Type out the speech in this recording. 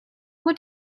what